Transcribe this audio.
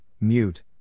mute